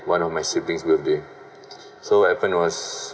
one of my siblings birthday so happen was